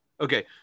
okay